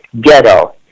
ghetto